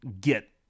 get